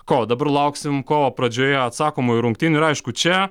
ko dabar lauksim kovo pradžioje atsakomųjų rungtynių ir aišku čia